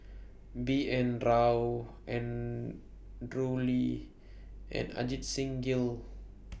B N Rao Andrew Lee and Ajit Singh Gill